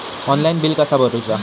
Online bill कसा करुचा?